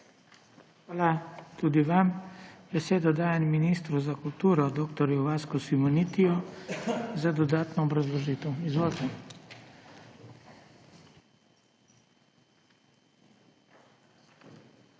Hvala tudi tam. Besedo dajem ministru za kulturo, dr. Vasku Simonitiju za dodatno obrazložitev. Izvolite.